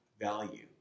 value